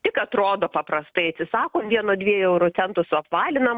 tik atrodo paprastai atsisakom vieno dviejų euro centų suapvalinam